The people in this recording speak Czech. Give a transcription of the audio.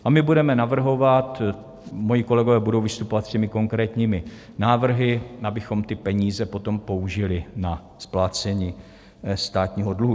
A my budeme navrhovat, moji kolegové budou vystupovat s konkrétními návrhy, abychom ty peníze potom použili na splácení státního dluhu.